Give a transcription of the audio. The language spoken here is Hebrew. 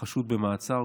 החשוד במעצר,